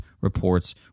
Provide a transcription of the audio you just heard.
reports